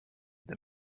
them